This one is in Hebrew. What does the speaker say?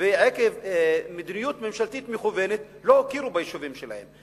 ועקב מדיניות ממשלתית מכוונת לא הכירו ביישובים שלהם.